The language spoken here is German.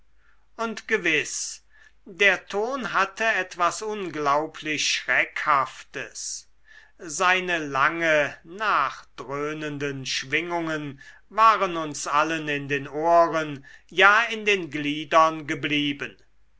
und gewiß der ton hatte etwas unglaublich schreckhaftes seine lange nachdröhnenden schwingungen waren uns allen in den ohren ja in den gliedern geblieben